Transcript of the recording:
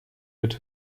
mit